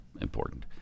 important